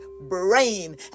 brain